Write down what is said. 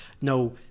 No